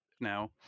now